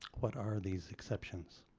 what are these exceptions?